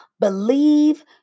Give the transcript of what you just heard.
Believe